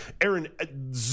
Aaron